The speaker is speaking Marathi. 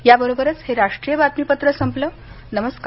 याबरोबरच हे राष्ट्रीय बातमीपत्र संपलं नमस्कार